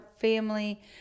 family